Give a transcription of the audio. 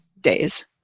days